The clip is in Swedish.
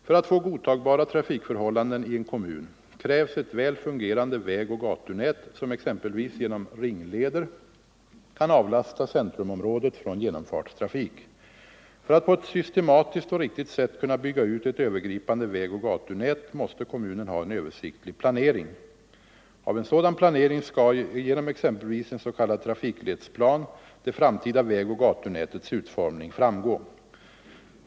För att få godtagbara trafikförhållanden i en kommun krävs ett väl fungerande vägoch gatunät som exempelvis genom ringleder kan avlasta centrumområdet från genomfartstrafik. För att på ett systematiskt och riktigt sätt kunna bygga ut ett övergripande vägoch gatunät måste kommunen ha en översiktlig planering. Av en sådan planering skall — genom exempelvis en s.k. trafikledsplan — det framtida vägoch gatunätets utformning framgå.